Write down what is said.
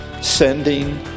sending